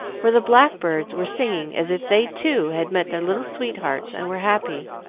where the blackbirds were singing as if they too had met their little sweethearts and were happy.